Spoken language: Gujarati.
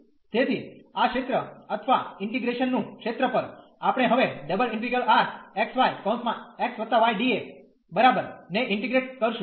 તેથી આ ક્ષેત્ર અથવા ઇન્ટીગ્રેશન નું ક્ષેત્ર પર આપણે હવે ને ઇન્ટીગ્રેટ કરશું